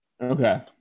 Okay